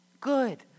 good